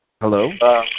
hello